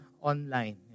online